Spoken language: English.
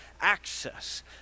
access